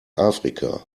afrika